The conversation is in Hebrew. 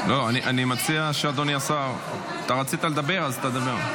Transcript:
אני מציע, אדוני השר רצית לדבר, אז תדבר.